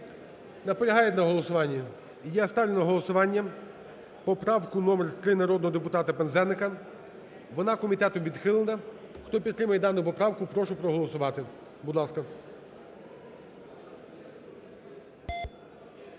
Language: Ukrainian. Наполягають на голосуванні? І я ставлю на голосування поправку номер 3 народного депутата Пинзеника, вона комітетом відхилена. Хто підтримує дану поправку, прошу проголосувати, будь ласка.